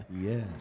Yes